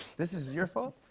this is your fault?